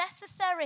necessary